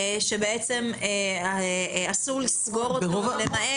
שבעצם אסור לסגור אותו למעט.